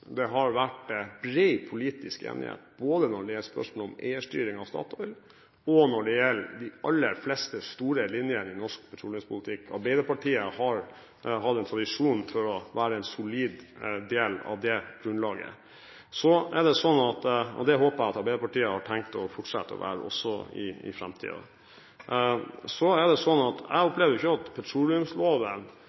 det har vært bred politisk enighet både når det gjelder spørsmålet om eierstyring av Statoil, og når det gjelder de aller fleste store linjer i norsk petroleumspolitikk. Arbeiderpartiet har hatt en tradisjon for å være en solid del av det grunnlaget, og det håper jeg at Arbeiderpartiet har tenkt å fortsette å være også i framtiden. Jeg opplever ikke at petroleumsloven går inn i noen prosenter. Jeg har heller ikke